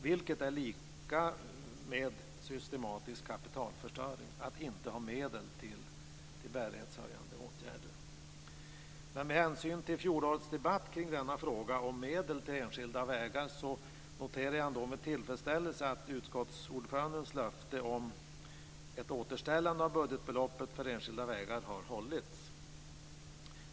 Det är lika med systematisk kapitalförstöring att inte ha medel till bärighetshöjande åtgärder. Med hänsyn till fjolårets debatt kring frågan om medel till enskilda vägar noterar jag ändå med tillfredsställelse att utskottsordförandens löfte om ett återställande av budgetbeloppet för enskilda vägar har hållits.